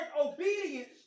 obedience